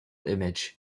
image